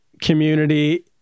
community